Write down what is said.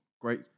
Great